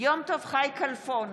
יום טוב חי כלפון,